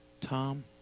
Tom